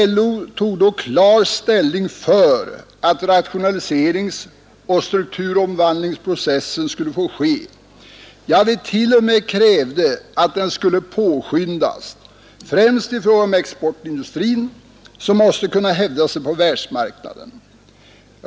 LO tog då klar ställning för att rationaliseringsoch strukturomvandlingsprocessen skulle få ske. Ja, vi t.o.m. krävde att den skulle påskyndas, främst i fråga om exportindustrin som måste kunna hävda sig på världsmarknaden.